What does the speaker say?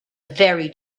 very